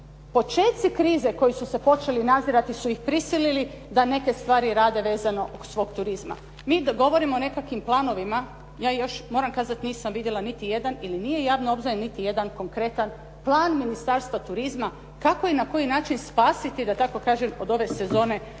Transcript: počeci krize koji su se počeli nazirati su ih prisilili da neke stvari rade vezano svog turizma. Mi govorimo o nekakvim planovima. Ja još, moram kazati, nisam vidjela niti jedan, ili nije javno obznanjen niti jedan konkretan plan Ministarstva turizma kako i na koji način spasiti, da tako kažem od ove sezone